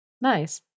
Nice